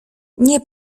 nie